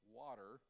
water